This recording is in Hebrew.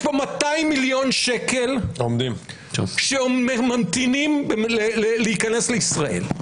יש פה 200 מיליון שקל שממתינים להיכנס לישראל.